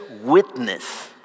witness